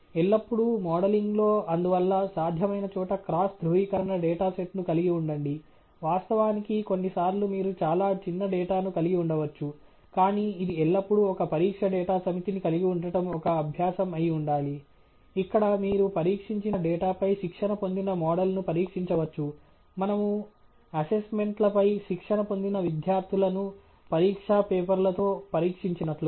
ఎల్లప్పుడూ మోడలింగ్లో అందువల్ల సాధ్యమైన చోట క్రాస్ ధ్రువీకరణ డేటా సెట్ను కలిగి ఉండండి వాస్తవానికి కొన్ని సార్లు మీరు చాలా చిన్న డేటాను కలిగి ఉండవచ్చు కానీ ఇది ఎల్లప్పుడూ ఒక పరీక్ష డేటా సమితిని కలిగి ఉండటం ఒక అభ్యాసం అయి ఉండాలి ఇక్కడ మీరు పరీక్షించిన డేటాపై శిక్షణ పొందిన మోడల్ను పరీక్షించవచ్చు మనము అసైన్మెంట్ ల పై శిక్షణ పొందిన విద్యార్థులను పరీక్షా పేపర్ల తో పరీక్షించినట్లుగా